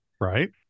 right